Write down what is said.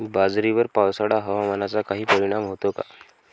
बाजरीवर पावसाळा हवामानाचा काही परिणाम होतो का?